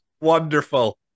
Wonderful